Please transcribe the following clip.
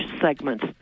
segments